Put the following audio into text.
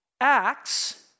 Acts